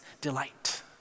delight